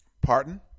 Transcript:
Pardon